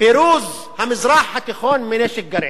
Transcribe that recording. פירוז המזרח התיכון מנשק גרעיני.